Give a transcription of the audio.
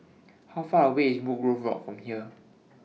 How Far away IS Woodgrove Walk from here